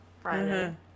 Friday